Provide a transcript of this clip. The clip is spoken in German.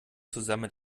zusammen